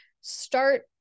start